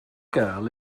girl